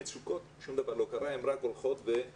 המצוקות, שום דבר לא קרה, הן רק הולכות ומתרחבות.